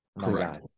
Correct